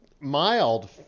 Mild